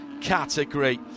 category